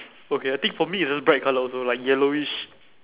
okay I think for me it's just bright colour also like yellowish